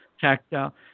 tactile